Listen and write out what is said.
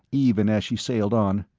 even as she sailed on.